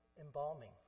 Embalming